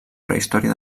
prehistòria